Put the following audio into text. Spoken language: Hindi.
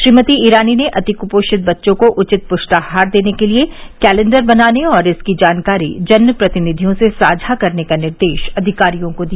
श्रीमती ईरानी ने अति कुपोषित बच्चों को उचित पुष्टाहार देने के लिये कैलेन्डर बनाने और इसकी जानकारी जन प्रतिनिधियों से साझा करने का निर्देश अधिकारियों को दिया